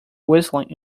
whistling